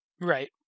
right